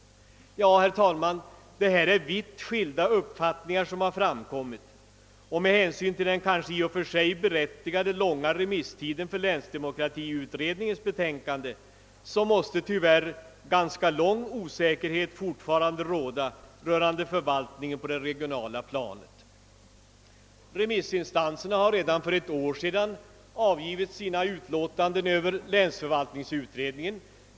Det är alltså, herr talman, vitt skilda uppfattningar som här framkommit, och med hänsyn till den i och för sig berättigade långa remisstiden för läns demokratiutredningens betänkande måste tyvärr osäkerhet fortfarande under ganska lång tid råda rörande förvaltningen på det regionala planet. Remissinstanserna har redan för ett år sedan avgivit sina utlåtanden över länsförvaltningsutredningens «betänkande.